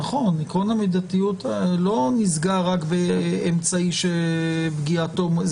עקרון המידתיות לא נסגר רק אמצעי שפגיעתו זה